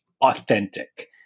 authentic